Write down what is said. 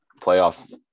playoff